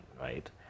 right